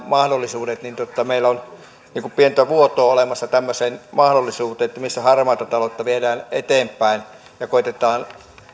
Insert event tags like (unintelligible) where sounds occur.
(unintelligible) mahdollisuudet eli meillä on pientä vuotoa olemassa tämmöiseen mahdollisuuteen missä harmaata taloutta viedään eteenpäin ja koetetaan